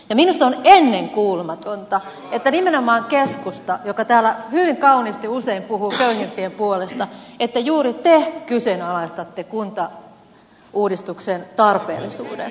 minusta on ennenkuulumatonta että kun nimenomaan keskusta täällä hyvin kauniisti usein puhuu köyhimpien puolesta niin juuri te kyseenalaistatte kuntauudistuksen tarpeellisuuden